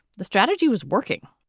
the strategy was working